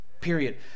Period